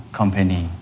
company